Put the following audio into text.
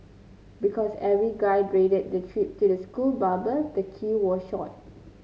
because every guy dreaded the trip to the school barber the queue was short